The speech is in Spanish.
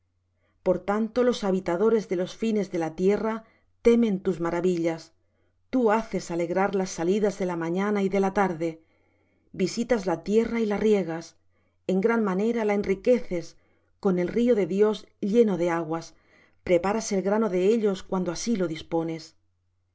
por tanto los habitadores de los fines de la tierra temen de tus maravillas tú haces alegrar las salidas de la mañana y de la tarde visitas la tierra y la riegas en gran manera la enriqueces con el río de dios lleno de aguas preparas el grano de ellos cuando así la dispones